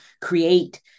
create